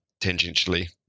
tangentially